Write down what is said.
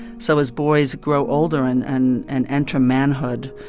so as boys grow older and and and enter manhood,